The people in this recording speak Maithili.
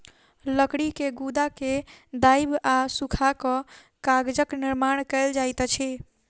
लकड़ी के गुदा के दाइब आ सूखा कअ कागजक निर्माण कएल जाइत अछि